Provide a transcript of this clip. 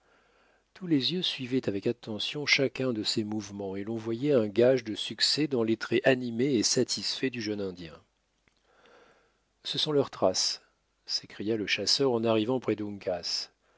tous les yeux suivaient avec attention chacun de ses mouvements et l'on voyait un gage de succès dans les traits animés et satisfaits du jeune indien ce sont leurs traces s'écria le chasseur en arrivant près d'uncas